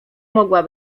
mogła